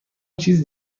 چیز